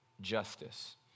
justice